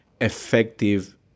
effective